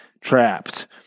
trapped